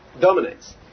dominates